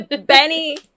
Benny